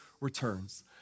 returns